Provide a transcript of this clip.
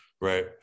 right